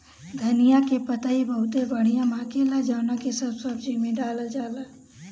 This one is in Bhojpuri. धनिया के पतइ बहुते बढ़िया महके ला जवना के सब सब्जी में डालल जाला